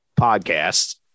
podcast